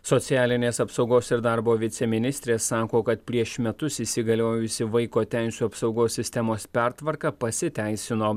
socialinės apsaugos ir darbo viceministrė sako kad prieš metus įsigaliojusį vaiko teisių apsaugos sistemos pertvarka pasiteisino